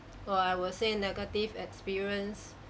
or I will say negative experience